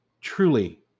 truly